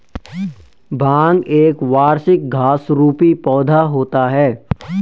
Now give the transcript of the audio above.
भांग एक वार्षिक घास रुपी पौधा होता है